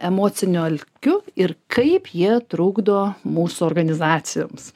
emociniu alkiu ir kaip jie trukdo mūsų organizacijoms